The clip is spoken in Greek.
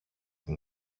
την